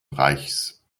reichs